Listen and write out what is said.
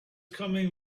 coming